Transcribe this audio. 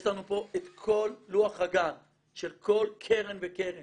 יש לנו פה את כל לוח --- של כל קרן וקרן